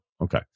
Okay